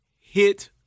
hit